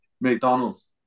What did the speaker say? McDonald's